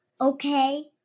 okay